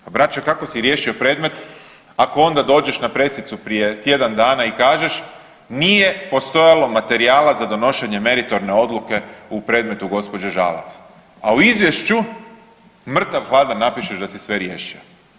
Pa braćo kako si riješio predmet ako onda dođeš na presicu prije tjedan dana i kažeš nije postojalo materijala za donošenje meritorne odluke u predmetu gospođe Žalac, a u Izvješću mrtav hladan napišeš da si sve riješio.